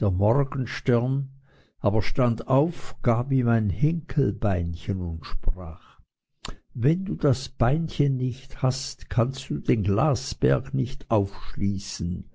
der morgenstern aber stand auf gab ihm ein hinkelbeinchen und sprach wenn du das beinchen nicht hast kannst du den glasberg nicht aufschließen